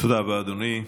תודה רבה, אדוני.